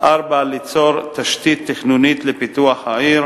4. ליצור תשתית תכנונית לפיתוח העיר